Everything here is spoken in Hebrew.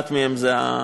ואחד מהם הוא זה המדובר.